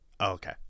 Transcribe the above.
Okay